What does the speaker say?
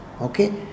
Okay